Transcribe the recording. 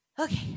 Okay